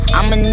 I'ma